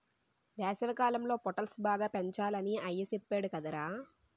వేసవికాలంలో పొటల్స్ బాగా పెంచాలని అయ్య సెప్పేడు కదరా